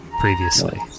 previously